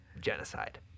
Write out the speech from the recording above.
genocide